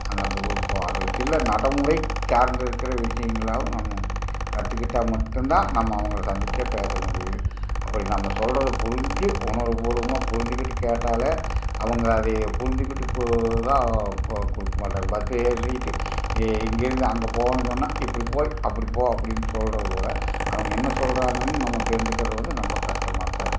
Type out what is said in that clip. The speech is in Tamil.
அந்தந்த ஊருக்கு போ அது ஒரு சில நடைமுறை சார்ந்து இருக்கிற விஷயங்களாவும் நாம கற்றுக்கிட்டா மட்டுந்தான் நம்ம அவங்களை சந்திச்சே பேச முடியும் அப்படி நம்ம சொல்லுறத புரிஞ்சு உணர்வுப்பூர்வமாக புரிஞ்சிக்கிட்டு கேட்டாலே அவங்க அதை புரிஞ்சிக்கிட்டு பஸ் ஏறிட்டு இ இங்கிருந்து அங்கே போகணுன்னு சொன்னால் இப்படி போய் அப்படி போ அப்படின்னு சொல்கிறது கூட அவங்க என்ன சொல்கிறாங்கன்னு நம்ம தெரிஞ்சிக்கிற போது ரொம்ப கஸ்டமாக தான் இருக்குது